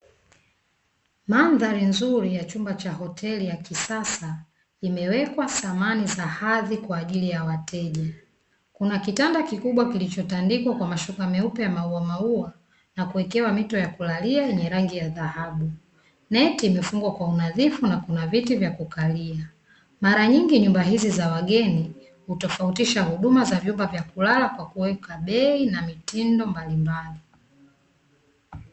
Mandhari nzuri ya chumba cha hoteli ya kisasa imewekwa samani za hadhi kwa ajili ya wateja. Kuna kitanda kikubwa kilichotandikwa kwa mashuka meupe ya mauamaua na kuwekewa mito ya kulalia yenye rangi ya dhahabu. Neti imefungwa kwa unadhifu na kuna viti vya kukalia. Mara nyingi nyumba hizi za wageni hutofautisha huduma za vyumba vya kulala kwa kuweka bei na mitindo mbalimbali.